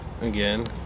again